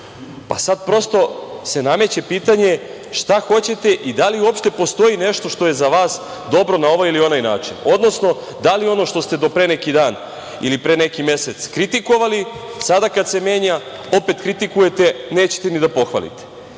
Sada prosto se nameće pitanje šta hoćete i da li uopšte postoji nešto što je za vas dobro na ovaj ili onaj način, odnosno da li ono što ste do pre neki dan ili pre neki mesec kritikovali, sada kada se menja opet kritikujete, nećete ni da pohvalite. Nalazimo